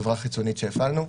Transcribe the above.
חברה חיצונית שהפעלנו,